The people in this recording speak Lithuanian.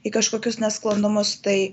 į kažkokius nesklandumus tai